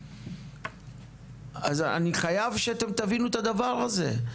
אני חייב שתבינו את הדבר הזה.